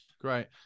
Great